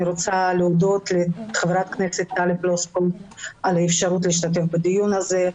אני רוצה להודות לחברת הכנסת טלי פלוסקוב על האפשרות להשתתף בדיון הזה.